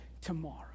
tomorrow